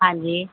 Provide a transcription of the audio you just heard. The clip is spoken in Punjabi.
ਹਾਂਜੀ